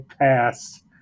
past